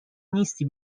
نیستی